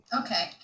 okay